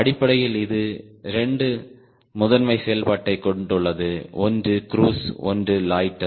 அடிப்படையில் இது 2 முதன்மை செயல்பாட்டைக் கொண்டுள்ளது ஒன்று க்ரூஸ் ஒன்று லொய்ட்டர்